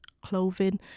clothing